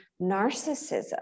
Narcissism